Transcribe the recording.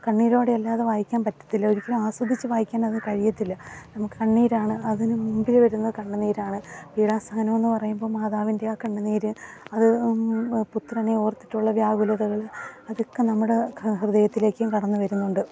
കണ്ണീരോടെയല്ലാതെ വായിക്കാൻ പറ്റത്തില്ല ഒരിക്കലും ആസ്വദിച്ച് വായിക്കാനത് കഴിയത്തില്ല നമുക്ക് കണ്ണീരാണ് അതിന് മുമ്പില് വരുന്ന കണ്ണുനീരാണ് പീഡാ സഹനമെന്ന് പറയുമ്പോള് മാതാവിൻ്റെ ആ കണ്ണുനീര് അത് പുത്രനെ ഓർത്തിട്ടുള്ള വ്യാകുലതകള് അതൊക്കെ നമ്മുടെ ഹൃ ഹൃദയത്തിലേക്കും കടന്നുവരുന്നുണ്ട്